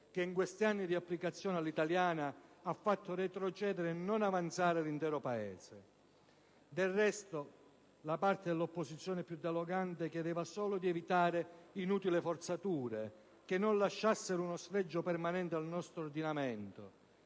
che in questi anni di applicazione italiana ha fatto retrocedere e non avanzare l'intero Paese. Del resto, la parte dell'opposizione più dialogante chiedeva solo di evitare inutili forzature, che lasciassero uno sfregio permanente al nostro ordinamento.